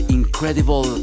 incredible